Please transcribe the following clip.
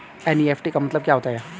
NEFT का मतलब क्या होता है?